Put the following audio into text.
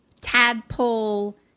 tadpole